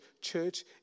church